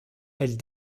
elle